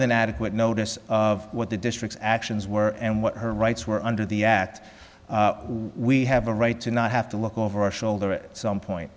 than adequate notice of what the district's actions were and what her rights were under the act we have a right to not have to look over our shoulder at some point